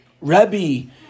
Rebbe